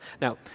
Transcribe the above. Now